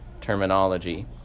terminology